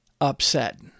upset